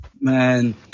Man